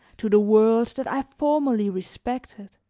to the world that i formerly respected,